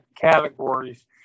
categories